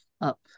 up